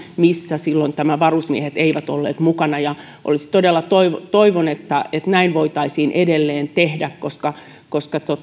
missä silloin nämä varusmiehet eivät olleet mukana todella toivon toivon että näin voitaisiin edelleen tehdä koska koska